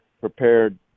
prepared